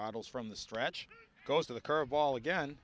models from the stretch goes to the curve ball again